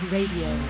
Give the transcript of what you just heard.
Radio